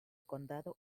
condado